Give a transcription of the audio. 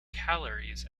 calories